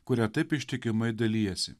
kuria taip ištikimai dalijasi